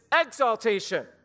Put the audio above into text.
exaltation